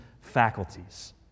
faculties